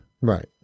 right